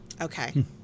Okay